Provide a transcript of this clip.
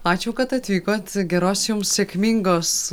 ačiū kad atvykot geros jums sėkmingos